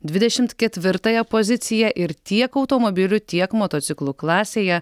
dvidešimt ketvirtąją poziciją ir tiek automobilių tiek motociklų klasėje